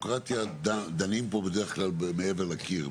פה אנחנו לא דנים בדמוקרטיה, אנחנו